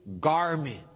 garment